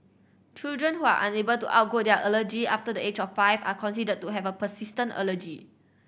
children who are unable to outgrow their allergy after the age of five are considered to have persistent allergy